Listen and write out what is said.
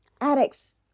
addicts